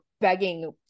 begging